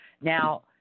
Now